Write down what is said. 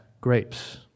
grapes